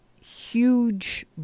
huge